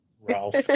Ralph